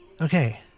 Okay